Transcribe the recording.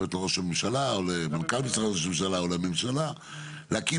לראש הממשלה או למנכ"ל משרד ראש הממשלה או לממשלה להקים